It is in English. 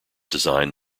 design